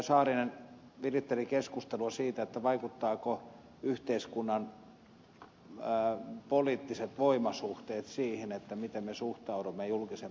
saarinen viritteli keskustelua siitä vaikuttavatko yhteiskunnan poliittiset voimasuhteet siihen miten me suhtaudumme julkisen palvelun laitokseen